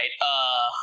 right